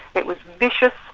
it was vicious,